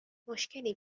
مشکلی